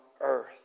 earth